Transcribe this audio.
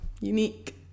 unique